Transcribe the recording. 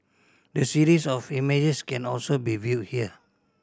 the series of images can also be viewed here